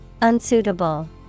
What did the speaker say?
Unsuitable